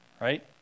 right